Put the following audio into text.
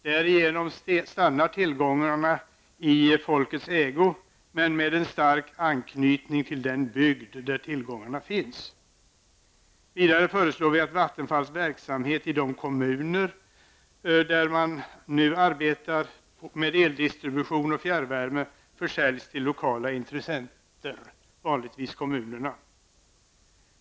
Därigenom stannar tillgångarna i folkets ägo, men med en stark anknytning till den bygd där tillgångarna finns. Vidare föreslår vi att Vattenfalls verksamhet i de kommuner där man nu arbetar med eldistribution och fjärrvärme försäljs till lokala intressenter, företrädesvis kommunerna.